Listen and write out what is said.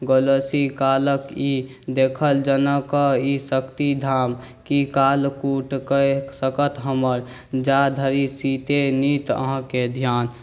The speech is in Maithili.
गलसी कालके ई देखल जनक ई शक्ति धाम कि कालकूट कऽ सकत हमर जाधरि सीते नीत अहाँके धिआन